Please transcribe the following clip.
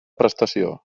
prestació